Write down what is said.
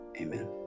amen